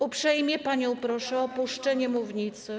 Uprzejmie panią proszę o opuszczenie mównicy.